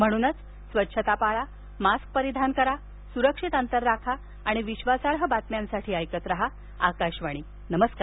म्हणूनच स्वच्छता पाळा मास्क परिधान करा सुरक्षित अंतर राखा आणि विश्वासार्ह बातम्यांसाठी ऐकत राहा आकाशवाणी नमस्कार